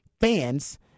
fans